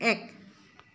এক